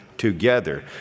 together